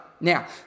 Now